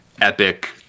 epic